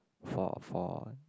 for for